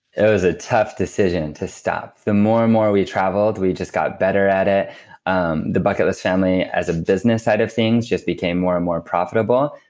it was a tough decision to stop. the more and more we traveled we just got better at it um the bucket list family as a business side of things just became more and more profitable.